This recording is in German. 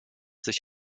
sich